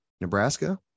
Nebraska